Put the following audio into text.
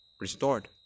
restored